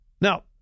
Now